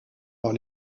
par